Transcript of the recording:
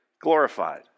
glorified